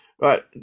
Right